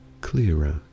clearer